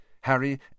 Harry